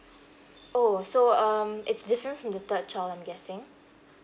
oh so um it's different from the third child I'm guessing